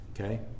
Okay